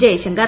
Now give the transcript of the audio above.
Jaishankar